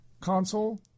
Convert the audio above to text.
console